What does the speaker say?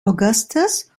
augustus